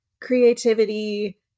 creativity